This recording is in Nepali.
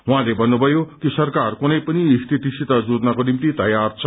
उहाँले भन्नुभयो कि सरकार कुनै पनि स्थितिसित जुझ्नको निम्ति तयार छ